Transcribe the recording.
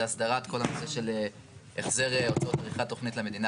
זה הסדרת כל הנושא של החזר הוצאות עריכת תוכנית למדינה.